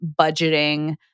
budgeting